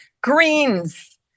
greens